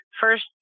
First